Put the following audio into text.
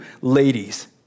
ladies